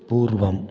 पूर्वम्